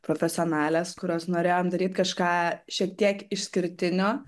profesionalės kurios norėjom daryt kažką šiek tiek išskirtinio